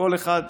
כל אחד,